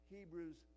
Hebrews